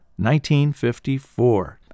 1954